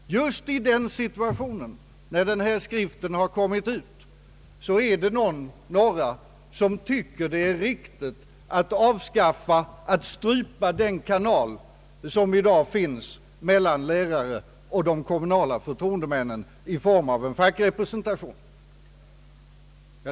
Just i denna situation när denna skrift kommit ut tycker några att det är riktigt att strypa den kanal som i dag finns mellan lärarna och de kommunala förtroendemännen i form av en fackrepresentation.